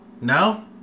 No